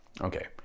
okay